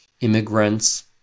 immigrants